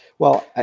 well,